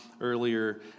earlier